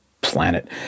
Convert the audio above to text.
planet